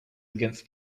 against